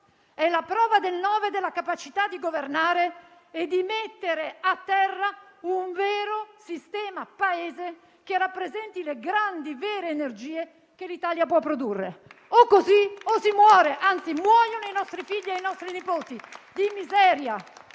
è la prova del nove della capacità di governare e di mettere a terra un vero sistema Paese che rappresenti le grandi, vere energie che l'Italia può produrre. O così o si muore, anzi muoiono i nostri figli e i nostri nipoti di miseria,